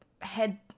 head